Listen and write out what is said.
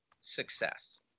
success